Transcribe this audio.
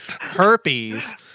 herpes